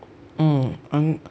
mm um